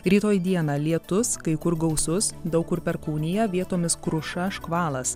rytoj dieną lietus kai kur gausus daug kur perkūnija vietomis kruša škvalas